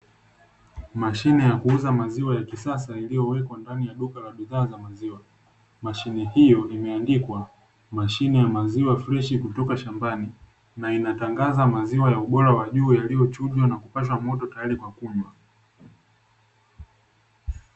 Mashine ya kuuza maziwa ya kisasa iliyowekwa ndani ya duka la bidhaa za maziwa. Mashine hiyo imeandikwa, mashine ya maziwa fresh kutoka shambani na ina tangaza, maziwa ya ubora wa juu yaliyo chujwa na kupashwa moto tayari kwa kunywa.